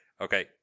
Okay